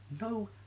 no